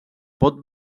pot